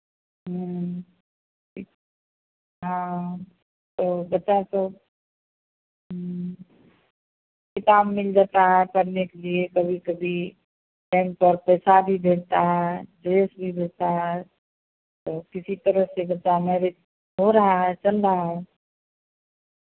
हाँ तो बच्चा सब किताब मिल जाता है पढ़ने के लिए कभी कभी टाइम पर पैसा भी भेजता है ड्रेस भी भेजता है तो किसी तरह से बच्चा मैनेज भी हो रहा है चल रहा है